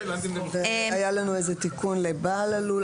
היה לנו תיקון לבעל הלול.